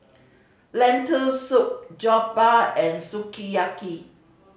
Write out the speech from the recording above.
Lentil Soup Jokbal and Sukiyaki